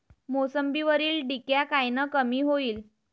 मोसंबीवरील डिक्या कायनं कमी होईल?